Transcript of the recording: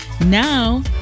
Now